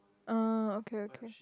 ah okay okay